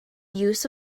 use